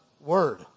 Word